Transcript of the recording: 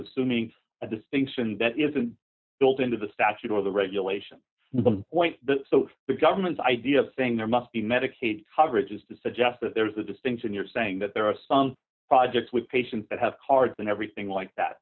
assuming a distinction that isn't built into the statute or the regulation point so the government's idea of saying there must be medicaid coverage is to suggest that there's a distinction you're saying that there are some projects with patients that have cards and everything like that